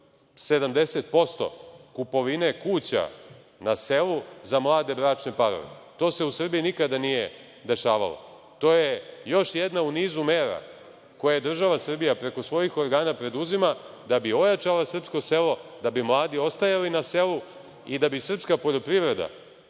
70% kupovine kuća na selu za mlade bračne parove. To se u Srbiji nikada nije dešavalo. To je još jedna u nizu mera koje država Srbija preko svojih organa preduzima da bi ojačala srpsko selo, da bi mladi ostali na selu i da bi srpska poljoprivreda,